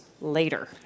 later